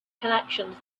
connections